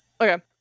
okay